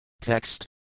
Text